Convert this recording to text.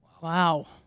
Wow